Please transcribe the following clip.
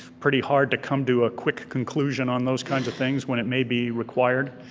pretty hard to come to a quick conclusion on those kinds of things when it may be required.